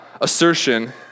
assertion